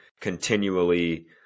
continually